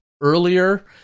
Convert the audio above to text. earlier